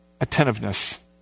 attentiveness